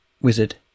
Wizard